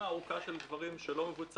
הזאת.